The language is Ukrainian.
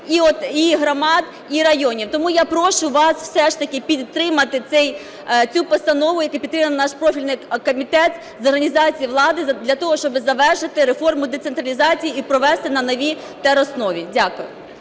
і громад, і районів. Тому я прошу вас все ж таки підтримати цю постанову, яку підтримав наш профільний Комітет з організації влади, для того щоб завершити реформу децентралізації і провести на новій тероснові. Дякую.